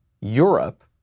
Europe